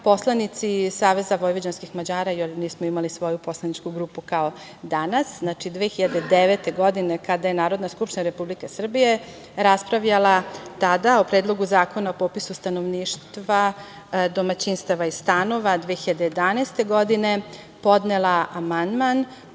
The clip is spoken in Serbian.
poslanici SVM, jer nismo imali svoju poslaničku grupu kao danas, znači 2009. godine, kada je Narodna skupština Republike Srbije raspravljala tada o Predlogu zakona o popisu stanovništva domaćinstava i stanova 2011. godine, podnela amandman